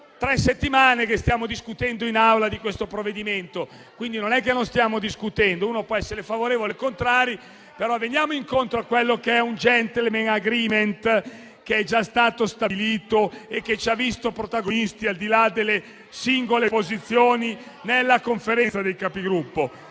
tre settimane che stiamo discutendo in Aula di questo provvedimento, quindi non è che non stiamo discutendo. Si può essere favorevoli o contrari, ma veniamo incontro a quello che è un *gentleman agreement* che è già stato stabilito e che ci ha visti protagonisti, al di là delle singole posizioni, nella Conferenza dei Capigruppo.